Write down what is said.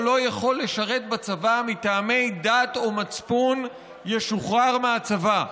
לא יכול לשרת בצבא מטעמי דת או מצפון ישוחרר מהצבא.